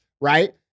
right